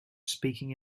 speaking